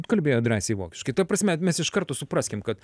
kalbėjo drąsiai vokiškai ta prasme mes iš karto supraskime kad